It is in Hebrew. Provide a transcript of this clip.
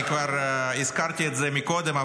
אני כבר הזכרתי את זה קודם,